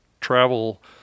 travel